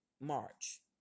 March